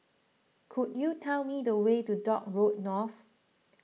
could you tell me the way to Dock Road North